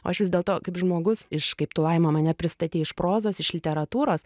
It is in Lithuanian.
o aš vis dėlto kaip žmogus iš kaip tu laima mane pristatei iš prozos iš literatūros